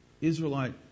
Israelite